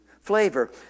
flavor